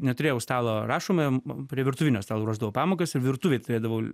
neturėjau stalo rašomojo prie virtuvinio stalo ruošdavau pamokas ir virtuvėj turėdavau